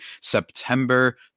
September